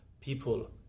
people